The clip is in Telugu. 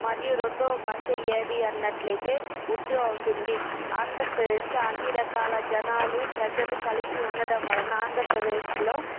మరియు రెండో భాష ఏది అన్నట్లయితే ఉర్దూ అవుతుంది ఆంధ్రప్రదేశ్లో అన్ని రకాల జనాలు ప్రజలు కలిసి ఉండడం వలన ఆంధ్రప్రదేశ్లో